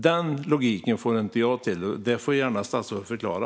Den logiken får jag inte ihop. Det här får statsrådet gärna förklara.